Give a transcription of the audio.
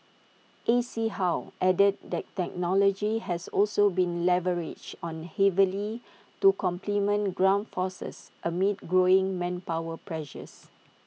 A C How added that technology has also been leveraged on heavily to complement ground forces amid growing manpower pressures